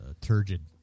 Turgid